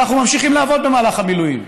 אנחנו ממשיכים לעבוד במהלך המילואים.